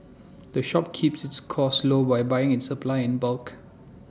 the shop keeps its costs low by buying its supplies in bulk